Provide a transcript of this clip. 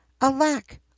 Alack